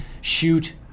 shoot